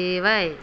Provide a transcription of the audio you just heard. देवय